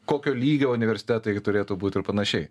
kokio lygio universitetai turėtų būt ir panašiai